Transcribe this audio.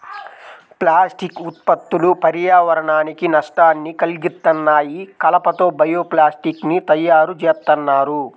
plastic ఉత్పత్తులు పర్యావరణానికి నష్టాన్ని కల్గిత్తన్నాయి, కలప తో బయో ప్లాస్టిక్ ని తయ్యారుజేత్తన్నారు